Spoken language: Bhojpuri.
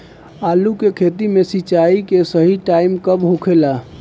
आलू के खेती मे सिंचाई के सही टाइम कब होखे ला?